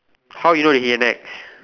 how you know that he at NEX